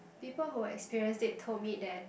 people who experienced it told me that